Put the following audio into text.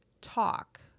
talk